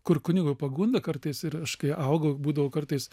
kur kunigo pagunda kartais ir aš kai augau būdavo kartais